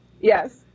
Yes